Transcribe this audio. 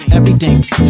Everything's